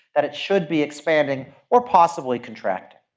that it should be expanding or possibly contracting.